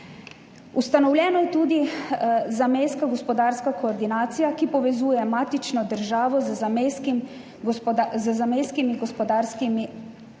Ustanovljena je tudi Zamejska gospodarska koordinacija, ki povezuje matično državo z zamejskimi gospodarskimi